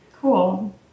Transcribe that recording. Cool